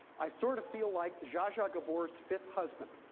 i sort of feel like zsa zsa gabor's fifth husband.